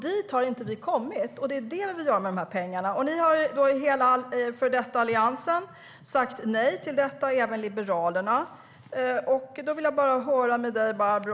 Dit har vi inte kommit, men det är det vi gör med dessa pengar. Hela före detta Alliansen har sagt nej till detta, även Liberalerna. Hur tänkte ni här, Barbro?